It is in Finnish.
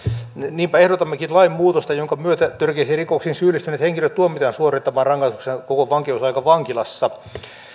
niinpä ehdotammekin lainmuutosta jonka myötä törkeisiin rikoksiin syyllistyneet henkilöt tuomitaan suorittamaan rangaistuksensa koko van keusaika vankilassa